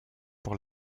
pour